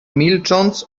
milcząc